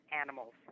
animals